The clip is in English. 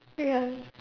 ya